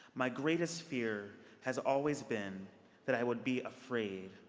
my greatest fear has always been that i would be afraid,